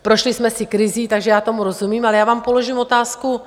Prošli jsme si krizí, takže já tomu rozumím, ale já vám položím otázku.